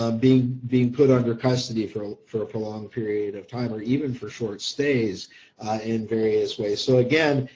um being being put under custody for for a prolonged period of time or even for short stays in various ways. so again,